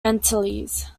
antilles